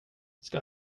ska